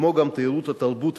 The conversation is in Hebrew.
כמו גם תיירות התרבות,